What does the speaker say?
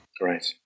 Right